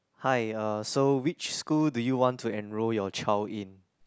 hi uh so which school do you want to enrol your child in